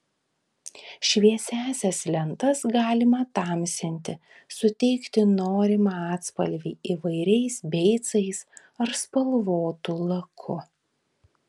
šviesiąsias lentas galima tamsinti suteikti norimą atspalvį įvairiais beicais ar spalvotu laku